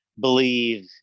believe